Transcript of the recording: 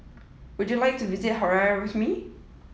would you like to visit Harare with me